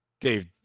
Dave